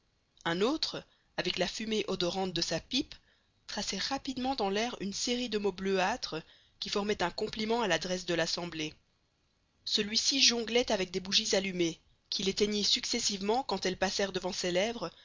un autre avec la fumée odorante de sa pipe traçait rapidement dans l'air une série de mots bleuâtres qui formaient un compliment à l'adresse de l'assemblée celui-ci jonglait avec des bougies allumées qu'il éteignit successivement quand elles passèrent devant ses lèvres